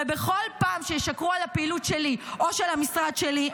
ובכל פעם שישקרו על הפעילות שלי או של המשרד שלי,